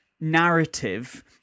narrative